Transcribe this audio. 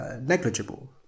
negligible